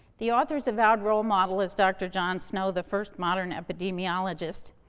the author's avowed role model is dr. john snow, the first modern epidemiologist.